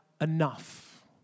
enough